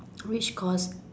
which course